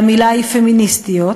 והמילה היא: פמיניסטיות,